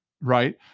right